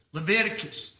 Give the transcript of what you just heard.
Leviticus